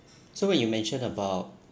so when you mention about